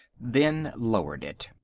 then lowered it.